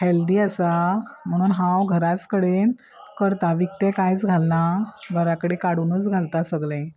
healthy आसा म्हणून हांव घराच कडेन करता विकतें कांयच घालना घराकडेन काडूनच घालता सगलें